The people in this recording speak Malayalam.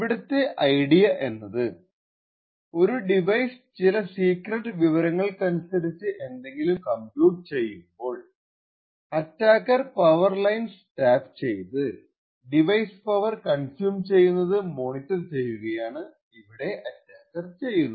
ഇവിടത്തെ ഐഡിയ എന്നത് ഒരു ഡിവൈസ് ചില സീക്രെട്ട് വിവരങ്ങൾക്കനുസരിച്ചു എന്തെങ്കിലും കമ്പ്യൂട്ട് ചെയ്യുമ്പോൾ അറ്റാക്കർ പവർ ലൈൻസ് ടാപ്പ് ചെയ്ത് ഡിവൈസ് പവർ കൺസ്യൂമ് ചെയ്യുന്നത് മോണിറ്റർ ചെയ്യുകയാണ് അറ്റാക്കർ ചെയ്യുന്നത്